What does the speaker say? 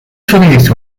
vernietigd